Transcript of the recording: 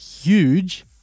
huge